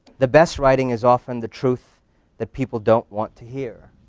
the best writing is often the truth that people don't want to hear,